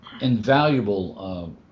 invaluable